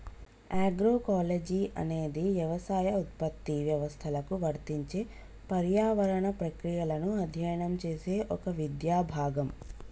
agroecology అనేది యవసాయ ఉత్పత్తి వ్యవస్థలకు వర్తించే పర్యావరణ ప్రక్రియలను అధ్యయనం చేసే ఒక విద్యా భాగం